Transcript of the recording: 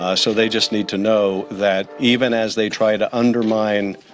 ah so they just need to know that even as they try to undermine.